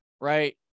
right